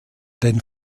denn